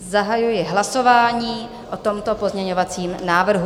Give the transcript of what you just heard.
Zahajuji hlasování o tomto pozměňovacím návrhu.